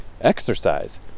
exercise